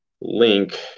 link